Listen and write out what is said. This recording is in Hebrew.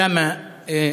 להלן תרגומם: אוסאמה,